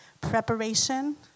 preparation